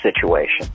situation